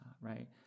right